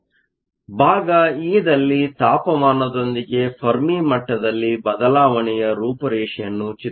ಆದ್ದರಿಂದ ಭಾಗ ಇ ದಲ್ಲಿ ತಾಪಮಾನದೊಂದಿಗೆ ಫೆರ್ಮಿ ಮಟ್ಟದಲ್ಲಿ ಬದಲಾವಣೆಯ ರೂಪುರೇಷೆಯನ್ನು ಚಿತ್ರಿಸುತ್ತೇವೆ